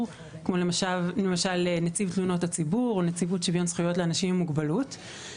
כמו למשל נציב תלונות הציבור ונציבות שוויון זכויות לאנשים עם מוגבלות.